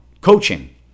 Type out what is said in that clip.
coaching